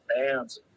bands